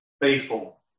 faithful